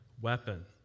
weapon